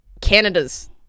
Canada's